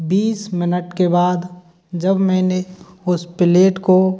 बीस मिनट के बाद जब मैंने उस प्लेट को